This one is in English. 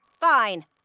fine